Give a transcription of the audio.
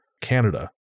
Canada